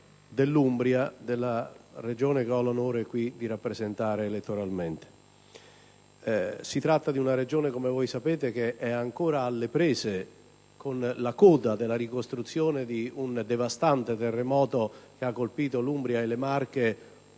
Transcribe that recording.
dell'Umbria, la regione che ho l'onore qui di rappresentare elettoralmente. Si tratta di una Regione, come voi sapete, ancora alle prese con la coda della ricostruzione del devastante terremoto che l'ha colpita, con le Marche,